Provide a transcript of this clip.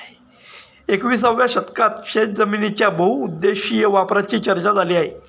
एकविसाव्या शतकात शेतजमिनीच्या बहुउद्देशीय वापराची चर्चा झाली आहे